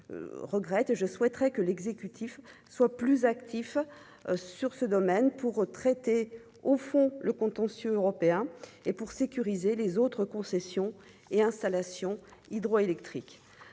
je souhaiterais que l'exécutif soit plus actif sur ce domaine pour traiter au fond le contentieux européen et pour sécuriser les autres concessions et installations hydroélectriques